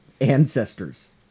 ancestors